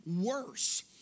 worse